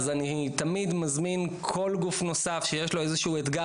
אני תמיד מזמין כל גוף נוסף שיש לו איזה שהוא אתגר